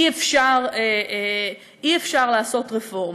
אי-אפשר לעשות רפורמה.